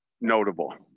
notable